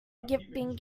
being